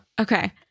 Okay